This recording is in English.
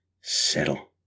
settle